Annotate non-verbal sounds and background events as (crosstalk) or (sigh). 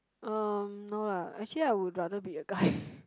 um no lah actually I would rather be a guy (breath)